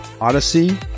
Odyssey